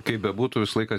kaip bebūtų visą laiką